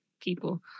people